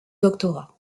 doctorat